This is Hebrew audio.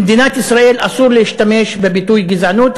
במדינת ישראל אסור להשתמש בביטוי "גזענות",